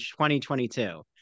2022